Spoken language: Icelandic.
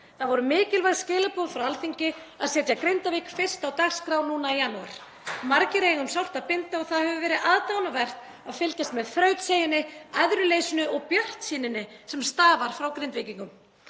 Það voru mikilvæg skilaboð frá Alþingi að setja Grindavík fyrst á dagskrá núna í janúar. Margir eiga um sárt að binda og það hefur verið aðdáunarvert að fylgjast með þrautseigjunni, æðruleysinu og bjartsýninni sem stafar frá Grindvíkingum.